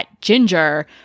ginger